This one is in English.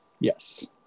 Yes